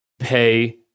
pay